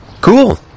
Cool